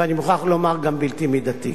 ואני מוכרח לומר, גם בלתי מידתי.